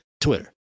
Twitter